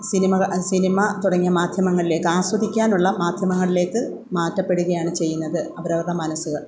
cinema cinema തുടങ്ങിയ മാധ്യമങ്ങളെയൊക്ക ആസ്വദിക്കാനുള്ള മാധ്യമങ്ങളിലേക്ക് മാറ്റപ്പെടുകയാണ് ചെയ്യുന്നത് അവരവരുടെ മനസ്സുകൾ